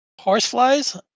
horseflies